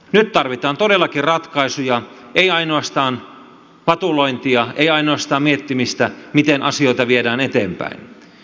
nyt tarvitaan todellakin ratkaisuja ei ainoastaan vatulointia ei ainoastaan miettimistä miten asioita viedään eteenpäin